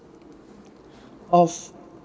of